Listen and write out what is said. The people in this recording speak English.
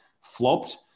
flopped